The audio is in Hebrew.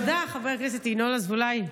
תודה, חבר הכנסת ינון אזולאי.